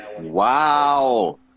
Wow